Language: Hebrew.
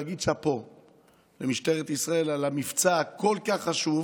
אני רוצה להגיד שאפו למשטרת ישראל על המבצע הכל-כך חשוב